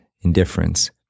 indifference